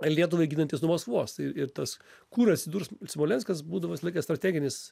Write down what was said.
lietuvai ginantis nuo maskvos tai kur atsidurs smolenskas būdavo visą laiką strateginis